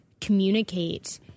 communicate